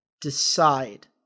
decide